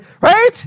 Right